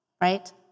right